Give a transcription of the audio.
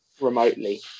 remotely